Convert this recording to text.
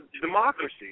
democracy